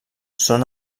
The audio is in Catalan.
són